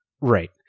right